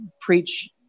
preach